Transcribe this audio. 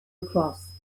across